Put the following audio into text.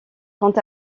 quant